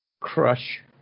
crush